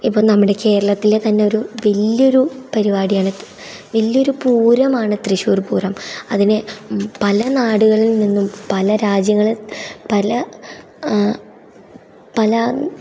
ഇപ്പോൾ നമ്മുടെ കേരളത്തിലെ തന്നെയൊരു വലിയൊരു പരിപാടിയാണ് വലിയൊരു തൃശ്ശൂർ പൂരം അതിനെ പല നാടുകളിൽ നിന്നും പല രാജ്യങ്ങളിൽ പല പല